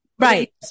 Right